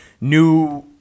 new